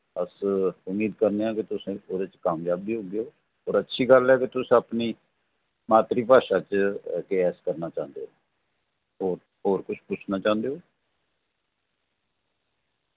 अस उम्मीद करनेआं की तुसें ओह्दे च कामयाब वी होगे और अच्छी गल्ल ऐ के तुस अपनी मात्तरी च केएस करना चाहंदे ओ और और कुछ पूछना चाहंदे ओ